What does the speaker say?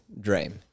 dream